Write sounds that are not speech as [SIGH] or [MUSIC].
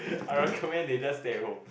I recommend [LAUGHS] they just stay at home